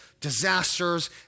disasters